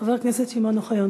חבר הכנסת שמעון אוחיון,